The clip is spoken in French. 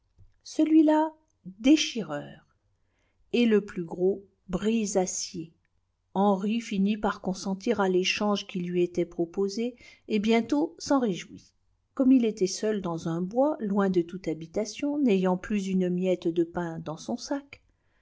celui-là déchireur et le plus gros brise acier henri finit par consentir à l'échange qui lui était proposé et bientôt s'en réjouit gomme il était seul dans un bois loin de toute habitation n'ayant plus une miette de pain dans son sac